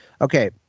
okay